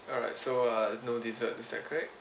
alright so uh no dessert is that correct